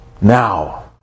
Now